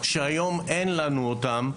שהיום אין לנו אותם,